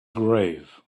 grave